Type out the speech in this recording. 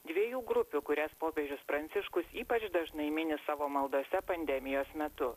dviejų grupių kurias popiežius pranciškus ypač dažnai mini savo maldose pandemijos metu